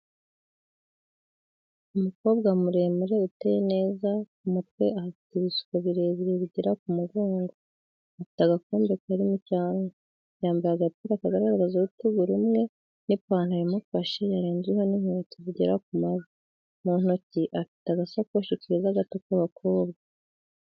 umukobwa muremure uteye neza ku mutwe ahafite ibisuko birebire bigera mu mugongo, afite agakombe karimo icyo kunywa, yambaye agapira kagaragaza urutugu rumwe n'ipantaro imufashe yarenzweho n'inkweto zigera mu mavi, mu ntoki afite agasakoshi keza gato k'abakobwa.